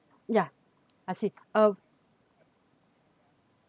ya I see uh